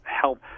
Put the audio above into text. help